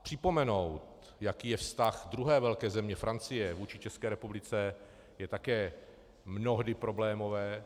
Připomenout, jaký je vztah druhé velké země, Francie, vůči České republice, je také mnohdy problémové.